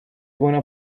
wanna